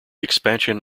expansion